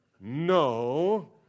No